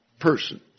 person